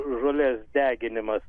žolės deginimas